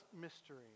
mystery